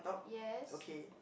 yes